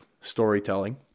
storytelling